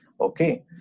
okay